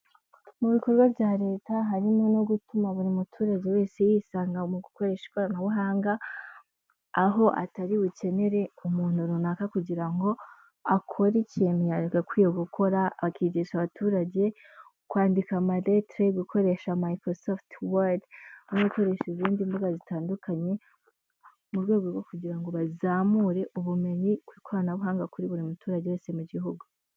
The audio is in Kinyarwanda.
Mu bikorwa bya Leta harimo no gutuma buri muturage wese yisanga mu gukoresha ikoranabuhanga, aho atari bukenere umuntu runaka kugira ngo akore ikintu yagakwiye gukora, akigisha abaturage kwandika amaletere, gukoresha mayikorosofuti wadi, no gukoresha izindi mbuga zitandukanye, mu rwego rwo kugira ngo bazamure ubumenyi ku ikoranabuhanga kuri buri muturage wese mu gihugu.